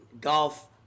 golf